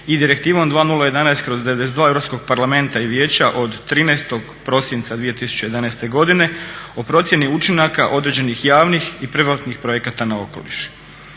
i Direktivom 2011/92 Europskog parlamenta i Vijeća od 13.prosinca 2011.godine o procjeni učinaka određenih javnih i privatnih projekata na okoliš.